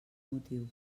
motiu